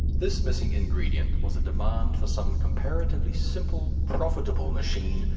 this missing ingredient was a demand for some comparatively simple, profitable machine,